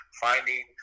Finding